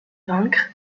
vaincre